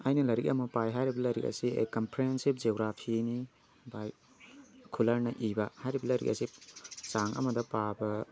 ꯑꯩꯅ ꯂꯥꯏꯔꯤꯛ ꯑꯃ ꯄꯥꯏ ꯍꯥꯏꯔꯤꯕ ꯂꯥꯏꯔꯤꯛ ꯑꯁꯤ ꯑꯦ ꯀꯝꯐ꯭ꯔꯦꯟꯁꯤꯞ ꯖꯤꯌꯣꯒ꯭ꯔꯥꯐꯤꯅꯤ ꯕꯥꯏ ꯈꯨꯂꯔꯅ ꯏꯕ ꯍꯥꯏꯔꯤꯕ ꯂꯥꯏꯔꯤꯛ ꯑꯁꯤ ꯆꯥꯡ ꯑꯃꯗ ꯄꯥꯕ